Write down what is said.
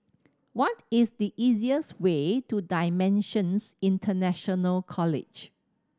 what is the easiest way to Dimensions International College